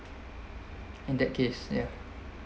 in that case ya